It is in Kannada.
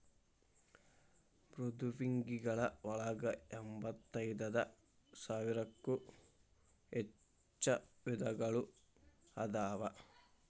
ಮೃದ್ವಂಗಿಗಳ ಒಳಗ ಎಂಬತ್ತೈದ ಸಾವಿರಕ್ಕೂ ಹೆಚ್ಚ ವಿಧಗಳು ಅದಾವ